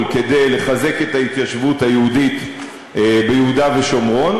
כדי לחזק את ההתיישבות היהודית ביהודה ושומרון.